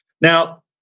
now